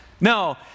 No